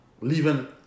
Leaving